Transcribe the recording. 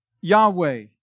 Yahweh